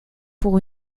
pour